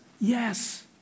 Yes